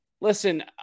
Listen